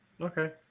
okay